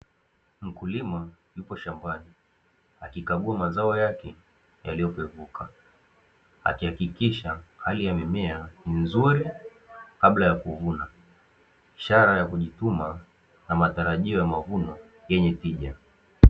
Mkulima yupo shambani akikagua mazao yake yaliyopevuka, akihakikisha hali ya mimea ni nzuri kabla ya kuvuna. Ishara ya kujituma na matarajio ya mavuno yenye tija.